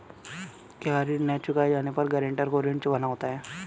क्या ऋण न चुकाए जाने पर गरेंटर को ऋण चुकाना होता है?